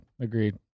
agreed